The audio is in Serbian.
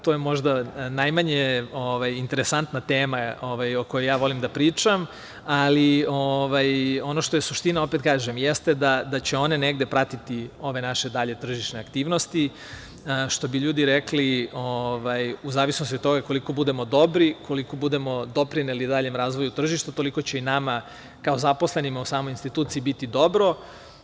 To je možda najmanje interesantna tema o kojoj volim da pričam, ali ono što je suština jeste da će one negde pratiti ove naše dalje tržišne aktivnosti, što bi ljudi rekli – u zavisnosti od toga koliko budemo dobri, koliko budemo doprineli daljem razvoju tržišta toliko će i nama kao zaposlenima u samoj instituciji biti dobro.